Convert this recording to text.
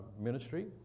ministry